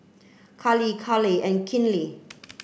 Kali Caleigh and Kinley